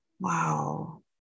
wow